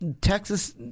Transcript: Texas